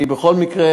בכל מקרה,